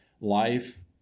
life